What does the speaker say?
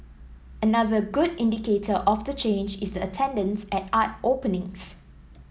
another good indicator of the change is the attendance at art openings